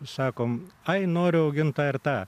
sakom ai noriu auginta ir tą